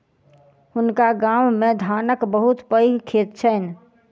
हुनका गाम मे धानक बहुत पैघ खेत छैन